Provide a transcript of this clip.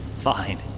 fine